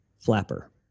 flapper